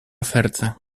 serce